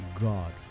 God